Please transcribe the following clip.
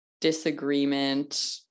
disagreement